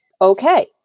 Okay